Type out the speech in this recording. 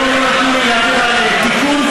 היום לא נתנו לי להעביר תיקון